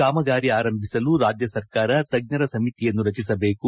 ಕಾಮಗಾರಿ ಆರಂಭಿಸಲು ರಾಜ್ಯ ಸರ್ಕಾರ ತಜ್ಜರ ಸಮಿತಿಯನ್ನು ರಚಿಸಬೇಕು